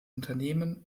unternehmen